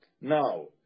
Now